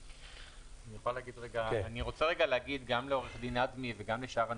אני רוצה להגיד גם לעורך דין אדמי וגם לשאר הנציגים: